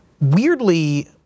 weirdly